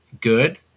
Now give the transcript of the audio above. good